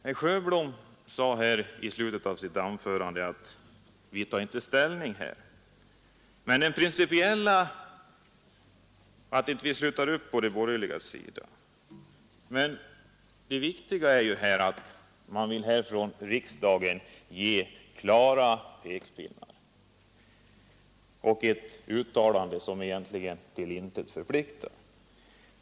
Herr Sjöholm sade i slutet av sitt anförande att vi i vpk inte tar ställning när vi inte sluter upp på de borgerligas sida utan vill göra ett uttalande, som egentligen till intet förpliktar; det viktiga här är att riksdagen ger klara pekpinnar.